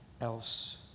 else